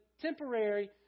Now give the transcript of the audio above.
temporary